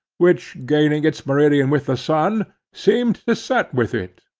which gaining its meridian with the sun, seemed to set with it,